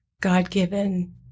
God-given